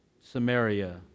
Samaria